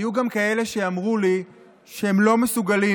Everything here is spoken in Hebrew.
היו גם כאלה שאמרו לי שהם לא מסוגלים,